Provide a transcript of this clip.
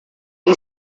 you